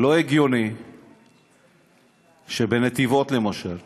זה לא הגיוני שבנתיבות למשל,